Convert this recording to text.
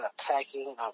attacking